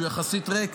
שהוא יחסית ריק,